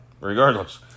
regardless